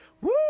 Woo